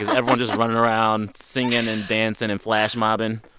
everyone just running around singing and dancing and flash mobbing?